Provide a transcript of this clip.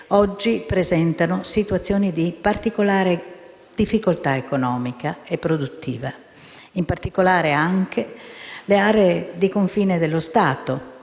oggi presentano una situazione di particolare difficoltà economica e produttiva, in particolare nelle aree di confine dello Stato